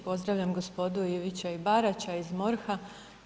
Pozdravljam gospodu Ivića i Baraća iz MORH-a.